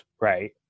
right